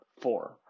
four